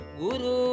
guru